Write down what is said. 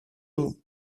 μου